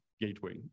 gateway